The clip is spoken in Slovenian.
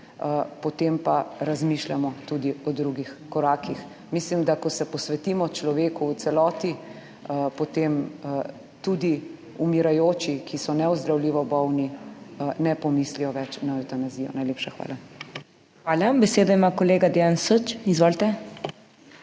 potem pa razmišljamo tudi o drugih korakih. Mislim, da ko se posvetimo človeku v celoti, potem tudi umirajoči, ki so neozdravljivo bolni, ne pomislijo več na evtanazijo. Najlepša hvala. **PODPREDSEDNICA MAG. MEIRA HOT:** Hvala. Besedo ima kolega Dejan Süč. Izvolite.